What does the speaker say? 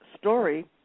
story